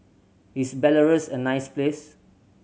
is Belarus a nice place